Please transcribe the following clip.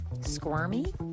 Squirmy